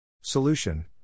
Solution